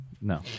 No